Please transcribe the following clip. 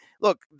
look